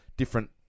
different